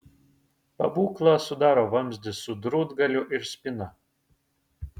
pabūklą sudaro vamzdis su drūtgaliu ir spyna